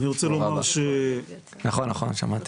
ברוכה הבאה.